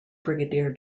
brigadier